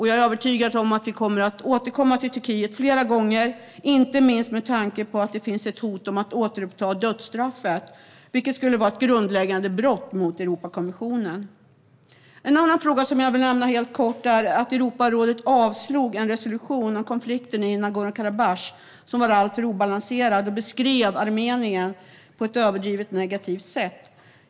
Jag är övertygad om att vi kommer att återkomma till frågan om Turkiet flera gånger, inte minst med tanke på att det finns ett hot om att återinföra dödsstraffet, vilket skulle vara ett grundläggande brott mot Europakonventionen. En annan fråga som jag kortfattat vill nämna är att Europarådet avslog en resolution om konflikten i Nagorno-Karabach, som var alltför obalanserad och beskrev Armenien på ett överdrivet negativt sätt.